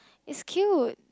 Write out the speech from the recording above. is cute